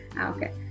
Okay